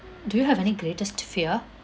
do you have any greatest fear